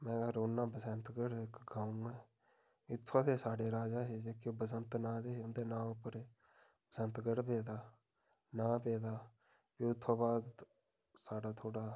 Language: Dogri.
में रौह्न्नां बसंतगढ़ इक गाव ऐ इत्थुंआं दे साढ़े राजा हे जेह्के बसंत नांऽ दे हे उं'दे नांऽ उप्पर एह् बसंतगढ़ पेदा नांऽ पेदा फ्ही उत्थुंआं बाद साढ़ा थोह्ड़ा